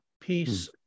peace